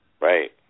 Right